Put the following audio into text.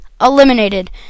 eliminated